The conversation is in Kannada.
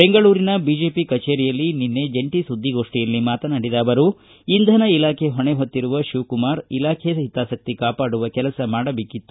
ಬೆಂಗಳೂರಿನ ಬಿಜೆಪಿ ಕಚೇರಿಯಲ್ಲಿ ನಿನ್ನೆ ಜಂಟಿ ಸುದ್ದಿಗೋಷ್ಠಿಯಲ್ಲಿ ಮಾತನಾಡಿದ ಅವರು ಇಂಧನ ಇಲಾಖೆ ಹೊಣೆ ಹೊತ್ತಿರುವ ಶಿವಕುಮಾರ ಇಲಾಖೆ ಹಿತಾಸಕ್ತಿ ಕಾಪಾಡುವ ಕೆಲಸ ಮಾಡಬೇಕಿತ್ತು